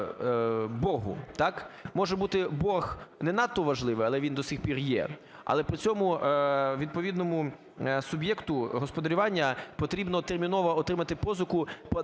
так. Може бути борг не надто важливий, але він до сих пір є. Але при цьому відповідному суб'єкту господарювання потрібно терміново отримати позику